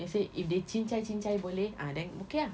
let's say if they cincai cincai boleh ah then okay ah